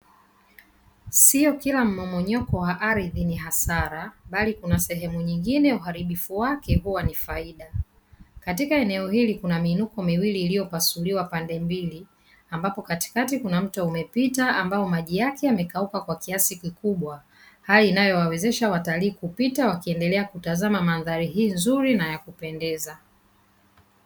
Sio kila mmomonyoko wa udongo ni hasara bali kuna sehemu nyingine uharibifu wake huwa ni faida. Katika eneo hili kuna miinuko miwili iliyopasuliwa pande mbili, ambapo katikati kuna mto umepita ambao maji yake yamekauka kwa kiasi kikubwa, hali inayowawezesha watalii kupita wakiendelea kutazama mandhari hii nzuri na ya kupendeza.